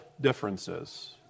differences